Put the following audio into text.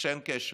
שאין קשר.